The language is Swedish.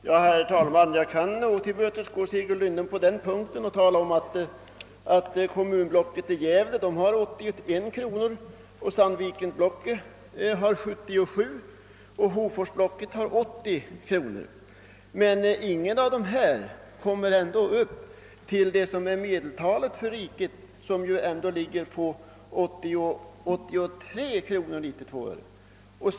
Herr talman! Jag kan tillmötesgå herr Lindholm och tala om att kommunblocket Gävle har 81 kronor, i Sandvikenblocket 77 kronor och i Hoforsblocket 80 kronor. Men ingen av dessa kommer ändå upp i medeltalet för riket, som ju ändå ligger på 83: 92.